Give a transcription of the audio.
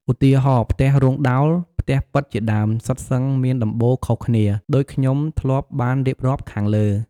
ឧទាហរណ៍ ផ្ទះរោងដោល, ផ្ទះប៉ិតជាដើម សុទ្ធសឹងមានដំបូលខុសគ្នា ដូចខ្ញុំធ្លាប់បានរៀបរាប់ខាងលើ។